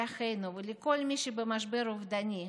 לאחינו ולכל מי שבמשבר אובדני,